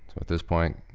at this point,